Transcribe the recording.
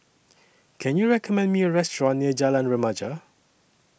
Can YOU recommend Me A Restaurant near Jalan Remaja